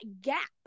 gap